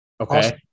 Okay